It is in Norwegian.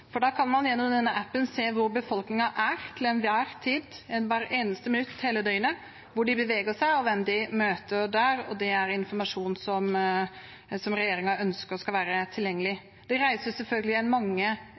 for da kan man gjennom denne appen se hvor befolkningen er til enhver tid, hvert eneste minutt hele døgnet – hvor de beveger seg, og hvem de møter. Dette er informasjon som regjeringen ønsker skal være tilgjengelig. Dette reiser selvfølgelig mange